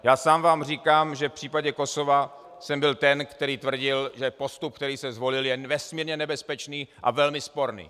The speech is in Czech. Já sám vám říkám, že v případě Kosova jsem byl ten, který tvrdil, že postup, který se zvolil, je nesmírně nebezpečný a velmi sporný.